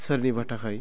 सोरनिबा थाखाय